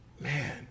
man